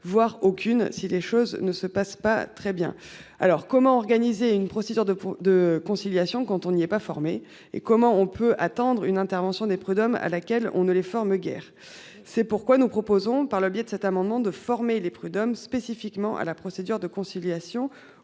Voir aucune si les choses ne se passent pas très bien. Alors comment organiser une procédure de conciliation. Quand on lui est pas formés et comment on peut attendre une intervention des prud'hommes à laquelle on ne les formes guère. C'est pourquoi nous proposons par le biais de cet amendement de former les prud'hommes spécifiquement à la procédure de conciliation